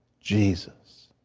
jesus,